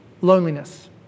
loneliness